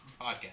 podcast